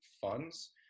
funds